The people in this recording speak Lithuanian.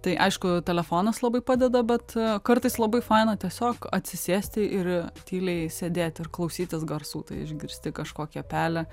tai aišku telefonas labai padeda bet kartais labai faina tiesiog atsisėsti ir tyliai sėdėt ir klausytis garsų tai išgirsti kažkokią pelę